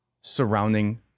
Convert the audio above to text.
surrounding